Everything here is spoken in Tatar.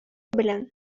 белән